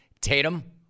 Tatum